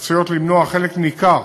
עשויות למנוע חלק ניכר